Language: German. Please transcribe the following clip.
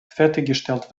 fertiggestellt